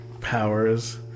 powers